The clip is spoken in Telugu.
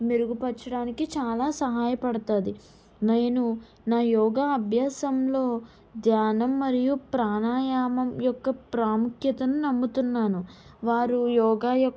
మెరుగుపరచడానికి చాలా సహాయపడుతుంది నేను నా యోగా అభ్యాసంలో ధ్యానం మరియు ప్రాణాయామం యొక్క ప్రాముఖ్యతను నమ్ముతున్నాను వారు యోగ యొ